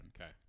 Okay